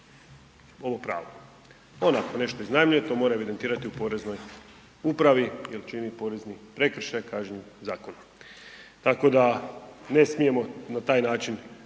ovo pravo. On ako nešto iznajmljuje, to mora evidentirati u Poreznoj upravi jer čini porezni prekršaj kažnjiv zakonom. Tako da ne smijemo na taj način